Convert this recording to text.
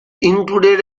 included